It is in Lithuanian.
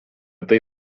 tai